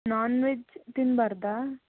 non veg ತಿನ್ನಬಾರದಾ